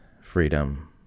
freedom